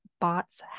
bots